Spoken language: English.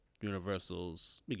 Universal's